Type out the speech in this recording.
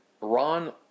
Ron